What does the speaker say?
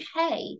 okay